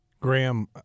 Graham